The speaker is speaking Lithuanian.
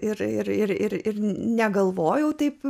ir ir negalvojau taip